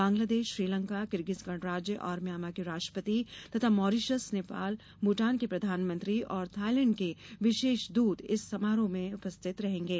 Bangladesh Sri Lanka Kyrgyz गणराज्य और Myanmar के राष्ट्रपति तथा मॉरिशस नेपाल भूटान के प्रधानमंत्री और थाइलैंड के विशेष दूत इस समारोह में उपस्थित रहेंगे